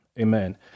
Amen